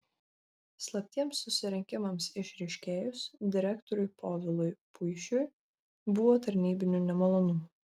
slaptiems susirinkimams išryškėjus direktoriui povilui puišiui buvo tarnybinių nemalonumų